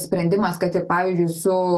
sprendimas kad ir pavydžiui su